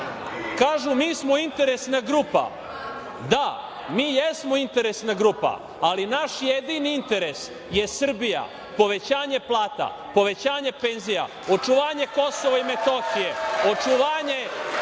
– mi smo interesna grupa. Da, mi jesmo interesna grupa, ali naš jedini interes je Srbija, povećanje plata, povećanje penzija, očuvanje Kosova i Metohije, očuvanje